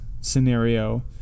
scenario